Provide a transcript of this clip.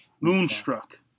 Moonstruck